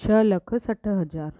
छह लख सठि हज़ार